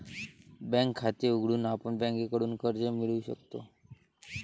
bank खाते उघडून आपण बँकेकडून कर्ज मिळवू शकतो